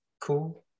cool